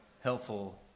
helpful